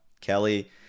Kelly